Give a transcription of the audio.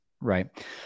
right